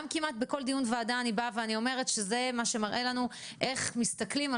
גם כמעט בכל דיון וועדה אני באה ואומרת איך מסתכלים על